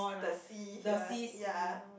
the see here ya